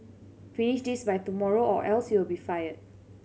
finish this by tomorrow or else you'll be fired